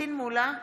פטין מולא,